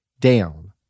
down